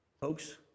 Folks